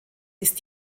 ist